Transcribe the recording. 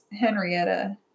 Henrietta